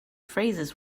phrases